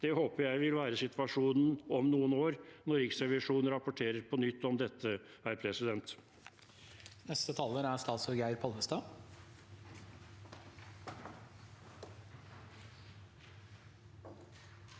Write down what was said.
Det håper jeg vil være situasjonen om noen år når Riksrevisjonen rapporterer om dette på nytt.